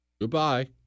Goodbye